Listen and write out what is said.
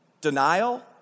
Denial